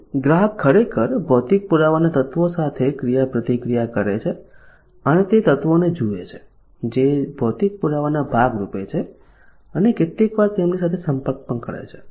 અહીં ગ્રાહક ખરેખર ભૌતિક પુરાવાના તત્વો સાથે ક્રિયાપ્રતિક્રિયા કરે છે અને તે તે તત્વોને જુએ છે જે ભૌતિક પુરાવાના ભાગરૂપે છે અને કેટલીકવાર તેમની સાથે સંપર્ક પણ કરે છે